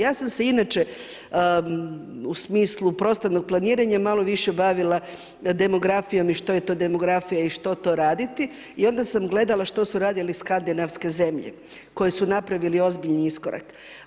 Ja sam se inače u smislu prostornog planiranja malo više bavila demografijom i što je to demografija i što to raditi i onda sam gledala što su radile skandinavske zemlje koje su napravile ozbiljan iskorak.